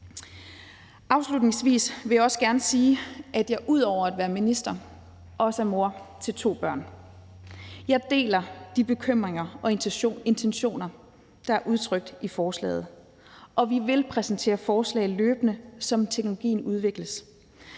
Afslutningsvis vil jeg også gerne sige, at jeg ud over at være minister også er mor til to børn. Jeg deler de bekymringer og intentioner, der er udtrykt i forslaget, og vi vil præsentere forslag løbende, som teknologien udvikles.